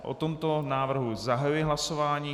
O tomto návrhu zahajuji hlasování.